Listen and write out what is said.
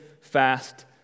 fast